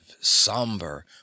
somber